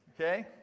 Okay